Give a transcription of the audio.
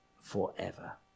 forever